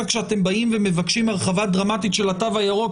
כשאתם באים ומבקשים הרחבה דרמטית של התו הירוק,